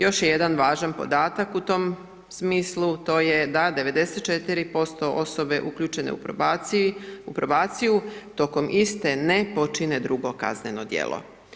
Još je jedan važan podatak u tom smislu to je da 94% osobe uključene u probaciji, u probaciju tokom iste ne počine drugo kazneno djelo.